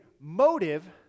motive